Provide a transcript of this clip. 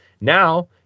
Now